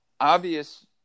obvious